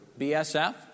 BSF